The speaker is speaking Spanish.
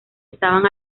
estaban